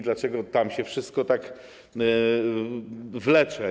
Dlaczego tam się wszystko tak wlecze?